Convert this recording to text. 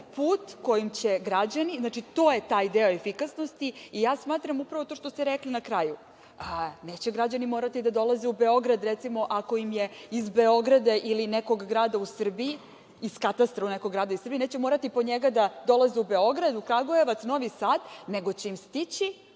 put kojim će građani… Znači, to je taj deo efikasnosti i ja smatram upravo to što ste rekli na kraju. Neće građani morati da dolaze u Beograd, recimo, ako im je iz Beograda ili iz katastra nekog grada u Srbiji neće morati po njega da dolazi u Beograd, u Kragujevac, u Novi Sad, nego će im stići